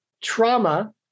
trauma